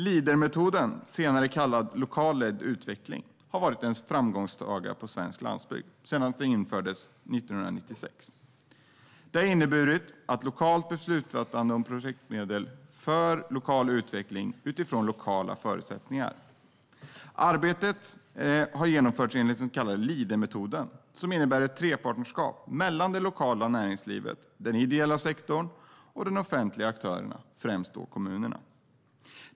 Leadermetoden, senare kallad lokalt ledd utveckling, har varit en framgångssaga på svensk landsbygd sedan den infördes 1996. Metoden har inneburit ett lokalt beslutsfattande om projektmedel för lokal utveckling utifrån lokala förutsättningar. Arbetet har genomförts enligt den så kallade Leadermetoden, som innebär ett trepartnerskap mellan det lokala näringslivet, den ideella sektorn och de offentliga aktörerna, främst kommunerna.